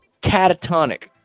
catatonic